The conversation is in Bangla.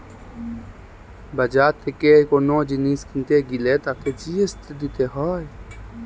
বাজার থেকে কোন জিনিস কিনতে গ্যালে তাতে জি.এস.টি দিতে হয়